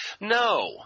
No